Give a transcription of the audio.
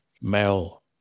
male